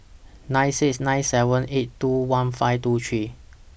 nine six nine seven eight two one five two three